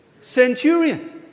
centurion